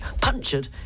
punctured